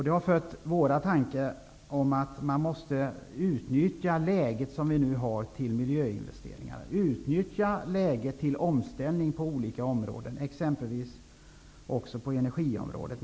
Det har fött våra tankar om att man måste utnyttja det läge som vi nu har till miljöinvesteringar, utnyttja läget till omställning på olika områden, exempelvis på energiområdet.